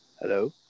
Hello